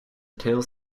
tails